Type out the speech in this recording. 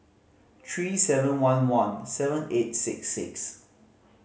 three seven one one seven eight six six